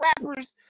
rappers